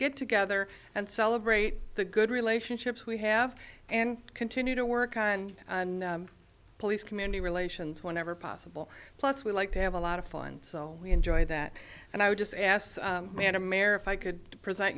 get together and celebrate the good relationships we have and continue to work on police community relations whenever possible plus we like to have a lot of fun so we enjoy that and i would just ask man america i could present